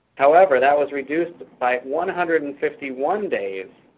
however, that was reduced by one hundred and fifty one days,